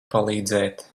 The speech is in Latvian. palīdzēt